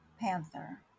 panther